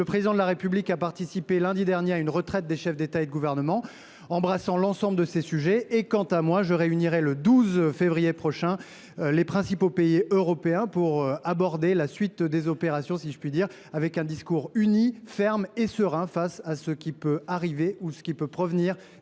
Le Président de la République a participé lundi dernier à une retraite des chefs d’État et de gouvernement embrassant l’ensemble de ces sujets. Quant à moi, je réunirai le 12 février prochain les principaux pays européens afin que nous abordions la « suite des opérations », si je puis dire, autour d’un discours uni, ferme et serein face à ce qui peut arriver ou ce qui peut provenir